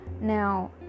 Now